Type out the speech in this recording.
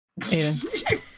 Aiden